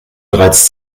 bereits